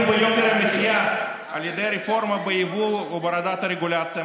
ביוקר המחיה על ידי הרפורמה ביבוא והורדת הרגולציה,